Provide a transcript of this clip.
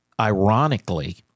ironically